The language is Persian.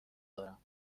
دارم